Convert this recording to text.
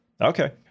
Okay